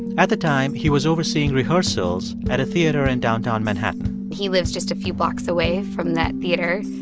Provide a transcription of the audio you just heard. at the time, he was overseeing rehearsals at a theater in downtown manhattan he lives just a few blocks away from that theater,